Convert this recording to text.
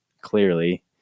Clearly